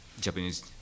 Japanese